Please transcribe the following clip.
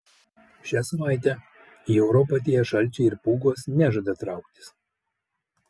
šią savaitę į europą atėję šalčiai ir pūgos nežada trauktis